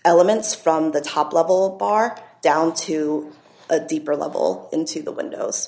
elements from the top level barked down to a deeper level into the windows